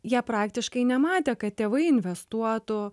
jie praktiškai nematę kad tėvai investuotų